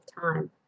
time